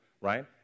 right